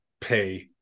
pay